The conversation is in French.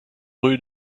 rue